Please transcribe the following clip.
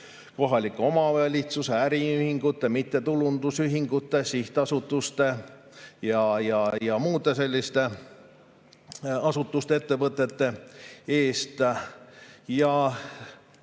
kohalikes omavalitsustes, äriühingutes, mittetulundusühingutes, sihtasutustes ja muudes sellistes asutustes ja ettevõtetes.